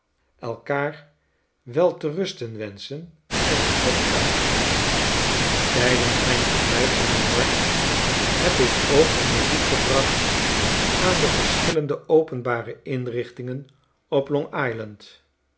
elkaar wel te rusten wenschen en naar bed gaan tijdens mijn verblijf te ne w-y o r k heb ik ook een bezoek gebracht aan de verschillende openbare inrichtingen op